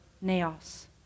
naos